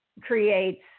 creates